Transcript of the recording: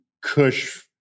Kush